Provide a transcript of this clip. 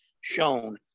shown